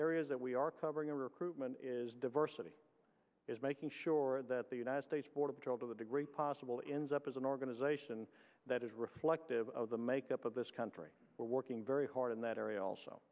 areas that we are covering recruitment is diversity is making sure that the united states border patrol to the degree possible ins up is an organization that is reflective of the makeup of this country we're working very hard in that area also